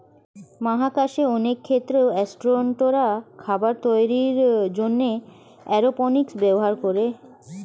মহাকাশে অনেক ক্ষেত্রে অ্যাসট্রোনটরা খাবার তৈরির জন্যে এরওপনিক্স ব্যবহার করে